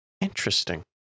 interesting